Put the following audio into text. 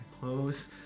Clothes